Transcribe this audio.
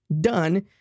done